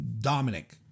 Dominic